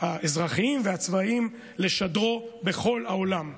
האזרחיים והצבאיים לשדרו בכל העולם,